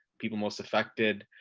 people most affected